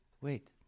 wait